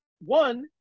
One